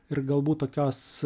ir galbūt tokios